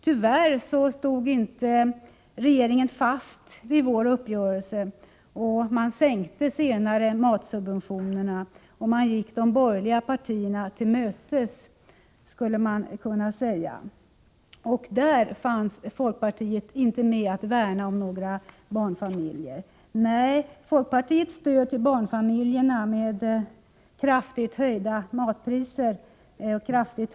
Tyvärr stod inte regeringen fast vid vår uppgörelse, utan man sänkte senare matsubventionerna och gick de borgerliga partierna till mötes, skulle man kunna säga. Där var inte folkpartiet med om att värna om några barnfamiljer. Nej, folkpartiets ”stöd” till barnfamiljerna innebär kraftigt höjda matpriser.